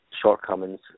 shortcomings